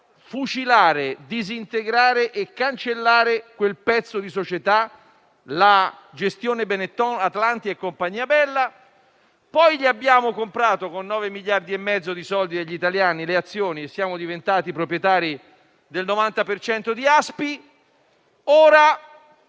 fucilare, disintegrare e cancellare quel pezzo di società, la gestione Benetton, Atlantia e compagnia bella; poi, gli abbiamo comprato, con 9,5 miliardi di euro degli italiani, le azioni e siamo diventati proprietari del 90 per